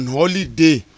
holiday